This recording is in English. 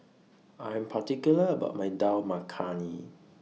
I Am particular about My Dal Makhani